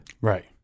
Right